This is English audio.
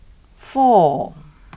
four